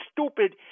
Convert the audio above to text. stupid